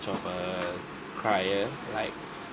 much of a crier like